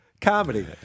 comedy